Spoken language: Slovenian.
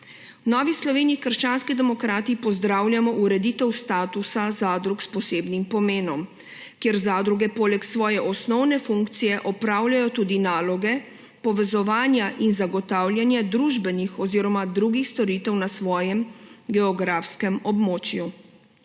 V Novi Sloveniji – krščanskih demokratih pozdravljamo ureditev statusa zadrug s posebnim pomenom, kjer zadruge poleg svoje osnovne funkcije opravljajo tudi naloge povezovanja in zagotavljanja družbenih oziroma drugih storitev na svojem geografskem območju.